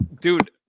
dude